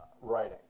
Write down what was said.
writing